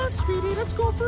sweetie. let's go